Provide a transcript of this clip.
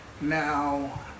Now